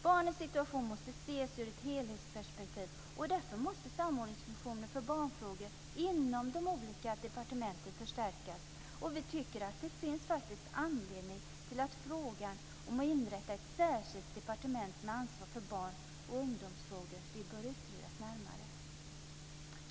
Barnens situation måste ses ur ett helhetsperspektiv, och därför måste samordningsfunktionen för barnfrågor inom de olika departementen förstärkas. Vi tycker faktiskt att frågan om att inrätta ett särskilt departement med ansvar för barn och ungdomsfrågor bör utredas närmare.